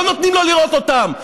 לא נותנים לו לראות אותם,